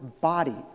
body